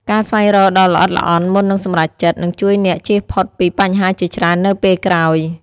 ការស្វែងរកដ៏ល្អិតល្អន់មុននឹងសម្រេចចិត្ត នឹងជួយអ្នកជៀសផុតពីបញ្ហាជាច្រើននៅពេលក្រោយ។